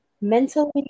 mentally